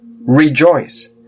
rejoice